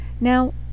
now